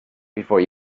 before